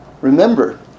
remember